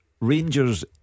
Rangers